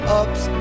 ups